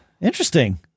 Interesting